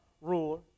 ruler